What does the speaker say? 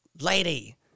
lady